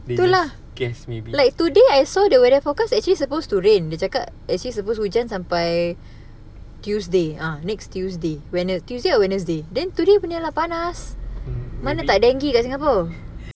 they just guess maybe